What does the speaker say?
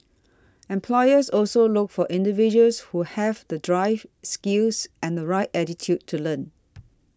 employers also look for individuals who have the drive skills and the right attitude to learn